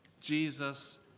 Jesus